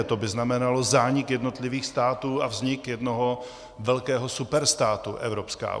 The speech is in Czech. To by znamenalo zánik jednotlivých států a vznik jednoho velkého superstátu Evropská unie.